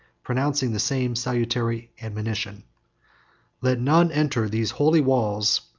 pronouncing the same salutary admonition let none enter these holy walls,